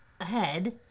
ahead